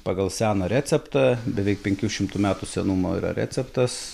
pagal seną receptą beveik penkių šimtų metų senumo yra receptas